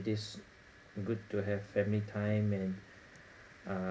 this good to have family time and uh